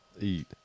eat